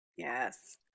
Yes